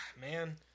Man